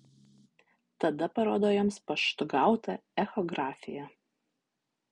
tada parodo joms paštu gautą echografiją